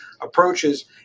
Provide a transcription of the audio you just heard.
approaches